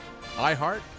iHeart